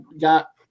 got